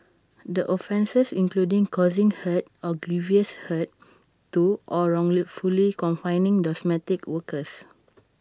the offences included causing hurt or grievous hurt to or wrongfully confining domestic workers